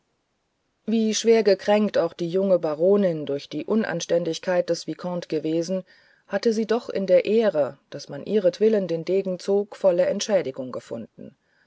wie schwer gekränkt auch die junge baronin durch die unanständigkeit des vicomte gewesen hatte sie doch in der ehre daß man ihretwillen den degen zog volle entschädigung gefunden